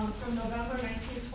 from november nineteen,